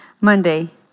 Monday